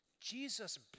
Jesus